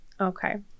okay